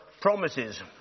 promises